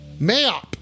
Mayop